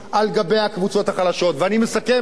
ואני מסכם, אדוני היושב-ראש.